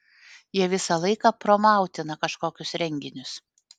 jie visą laiką promautina kažkokius renginius